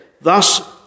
Thus